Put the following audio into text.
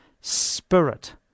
spirit